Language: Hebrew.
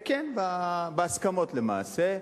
כן, בהסכמות למעשה,